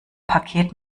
paket